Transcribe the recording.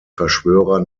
verschwörer